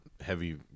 heavy